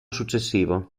successivo